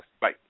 Bye